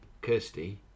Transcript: Kirsty